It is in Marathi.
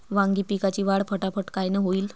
वांगी पिकाची वाढ फटाफट कायनं होईल?